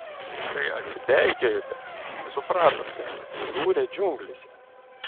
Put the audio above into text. kai atsipeikėjote supratote atsidūrę džiunglėse